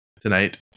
tonight